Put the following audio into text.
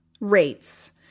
rates